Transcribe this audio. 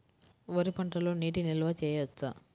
వరి పంటలో నీటి నిల్వ చేయవచ్చా?